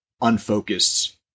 unfocused